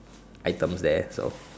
items there so